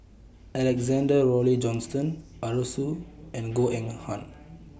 Alexander Laurie Johnston Arasu and Goh Eng Han